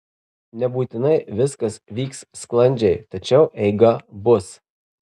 nebūtinai viskas vyks sklandžiai tačiau eiga bus